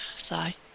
Sigh